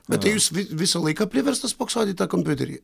bet tai jūs visą laiką priverstas spoksot į tą kompiuterį